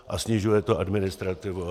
A snižuje to administrativu.